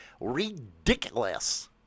Ridiculous